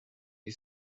you